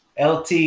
LT